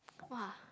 !wah!